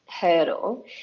hurdle